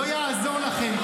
לא יעזור לכם,